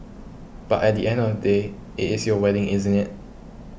but at the end of the day it is your wedding isn't it